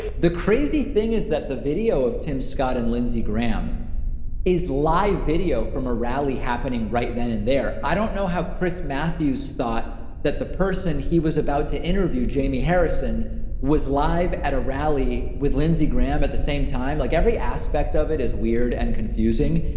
the crazy thing is that the video of tim, scott, and lindsey graham is live video from a rally happening, right then and there. i don't know how chris matthews thought that the person he was about to interview jamie harrison was live at a rally with lindsey graham at the same time. like every aspect of it is weird and confusing,